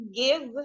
give